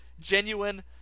genuine